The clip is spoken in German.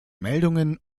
meldungen